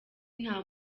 nta